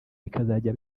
bikazajya